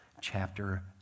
chapter